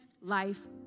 life